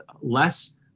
less